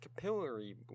capillary